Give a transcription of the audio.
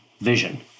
vision